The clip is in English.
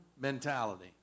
mentality